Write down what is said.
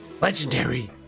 legendary